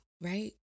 right